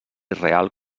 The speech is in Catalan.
real